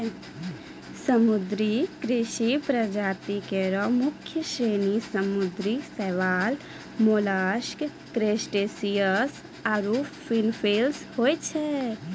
समुद्री कृषि प्रजाति केरो मुख्य श्रेणी समुद्री शैवाल, मोलस्क, क्रसटेशियन्स आरु फिनफिश होय छै